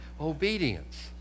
obedience